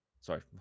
sorry